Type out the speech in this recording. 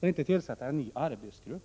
I stället har man tillsatt en ny arbetsgrupp.